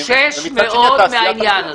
אני חושש מאוד מהעניין הזה.